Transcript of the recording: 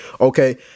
Okay